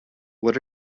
what